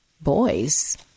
boys